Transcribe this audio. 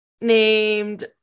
named